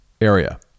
area